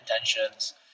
intentions